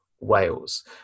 Wales